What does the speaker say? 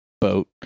boat